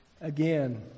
again